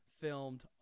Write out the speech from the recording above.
filmed